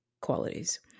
qualities